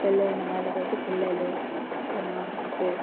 పెళ్లైన వాళ్ళకైతే పిల్లలు తన హస్బండ్